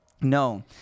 No